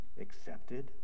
accepted